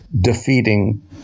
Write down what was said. defeating